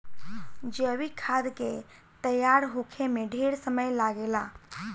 जैविक खाद के तैयार होखे में ढेरे समय लागेला